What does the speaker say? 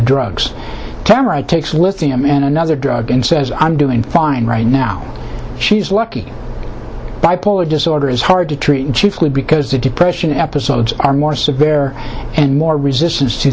drugs tamarack takes lithium and another drug and says i'm doing fine right now she's lucky bipolar disorder is hard to treat and chiefly because the depression episodes are more severe and more resistance to